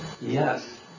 Yes